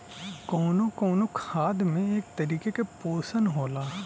कउनो कउनो खाद में एक तरीके के पोशन होला